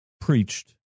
preached